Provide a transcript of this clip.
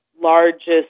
largest